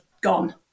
gone